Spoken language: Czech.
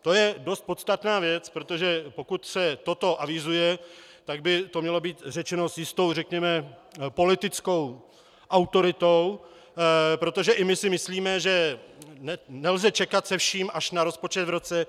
To je dost podstatná věc, protože pokud se toto avizuje, tak by to mělo být řečeno s jistou řekněme politickou autoritou, protože i my si myslíme, že nelze čekat se vším až na rozpočet v roce 2015.